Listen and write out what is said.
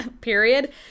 period